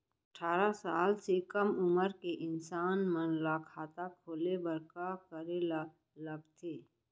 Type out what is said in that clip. अट्ठारह साल से कम उमर के इंसान मन ला खाता खोले बर का करे ला लगथे?